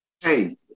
Hey